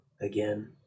again